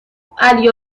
علی